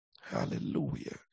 Hallelujah